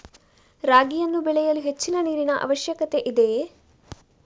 ರಾಗಿಯನ್ನು ಬೆಳೆಯಲು ಹೆಚ್ಚಿನ ನೀರಿನ ಅವಶ್ಯಕತೆ ಇದೆಯೇ?